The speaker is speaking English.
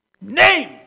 name